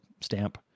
stamp